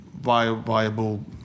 viable